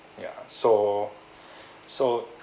ya so so